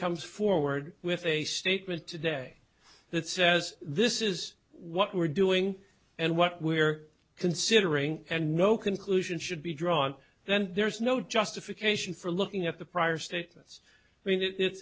comes forward with a statement today that says this is what we're doing and what we're considering and no conclusion should be drawn then there is no justification for looking at the prior statements i mean it